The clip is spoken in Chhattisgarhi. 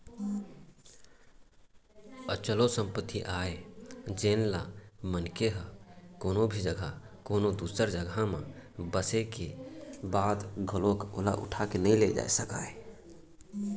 अचल ओ संपत्ति आय जेनला मनखे ह कोनो भी जघा कोनो दूसर जघा म बसे के बाद घलोक ओला उठा के नइ ले जा सकय